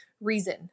reason